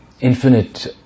infinite